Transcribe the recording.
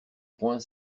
poings